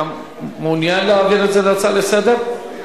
אתה מעוניין להעביר את זה להצעה לסדר-היום?